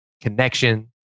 connection